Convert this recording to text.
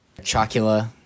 Chocula